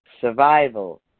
survival